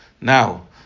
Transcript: now